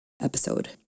episode